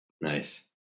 Nice